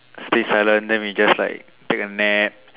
stay silent then we just like take a nap